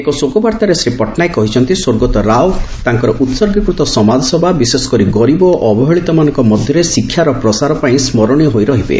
ଏକ ଶୋକ ବାର୍ଭାରେ ଶ୍ରୀ ପଟ୍ଟନାୟକ କହିଛନ୍ତି ସ୍ୱର୍ଗତଃ ରାଓ ତାଙ୍କର ଉହର୍ଗୀକୃତ ସମାଜସେବା ବିଶେଷ କରି ଗରିବ ଓ ଅବହେଳିତମାନଙ୍କ ମଧ୍ଧରେ ଶିକ୍ଷାରର ପ୍ରସାର ପାଇଁ ସ୍କରଶୀୟ ହୋଇ ରହିବେ